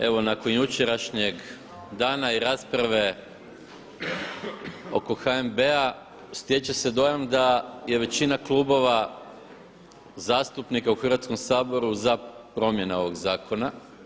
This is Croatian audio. Evo nakon jučerašnjeg dana i rasprave oko HNB-a stječe se dojam da je većina klubova zastupnika u Hrvatskom saboru za promjene ovog zakona.